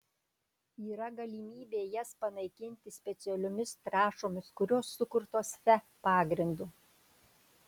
yra galimybė jas panaikinti specialiomis trąšomis kurios sukurtos fe pagrindu